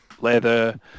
leather